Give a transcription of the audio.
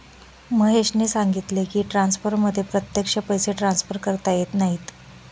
महेशने सांगितले की, ट्रान्सफरमध्ये प्रत्यक्ष पैसे ट्रान्सफर करता येत नाहीत